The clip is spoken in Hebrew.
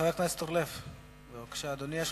חבר הכנסת זבולון אורלב, בבקשה, אדוני.